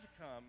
come